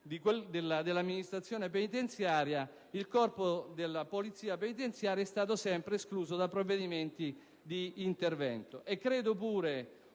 dell'Amministrazione penitenziaria, il Corpo della Polizia penitenziaria è stato sempre escluso da provvedimenti di intervento. Credo anche